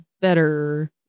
better